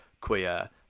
queer